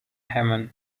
hymn